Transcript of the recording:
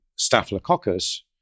Staphylococcus